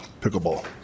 pickleball